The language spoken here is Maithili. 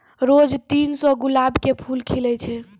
रोज तीन सौ गुलाब के फूल खिलै छै